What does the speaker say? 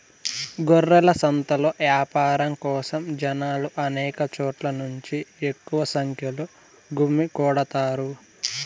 గొర్రెల సంతలో యాపారం కోసం జనాలు అనేక చోట్ల నుంచి ఎక్కువ సంఖ్యలో గుమ్మికూడతారు